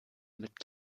mit